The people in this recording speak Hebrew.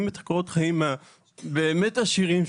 את קורות החיים שלי שהם באמת עשירים,